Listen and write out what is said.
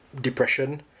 depression